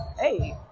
hey